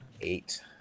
eight